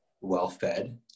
well-fed